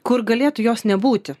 kur galėtų jos nebūti